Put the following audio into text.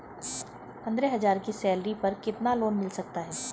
पंद्रह हज़ार की सैलरी पर कितना लोन मिल सकता है?